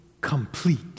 complete